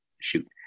shoot